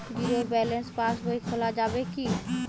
Zero balance পাশ বই খোলা যাবে কি?